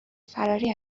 فراری